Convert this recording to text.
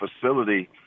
facility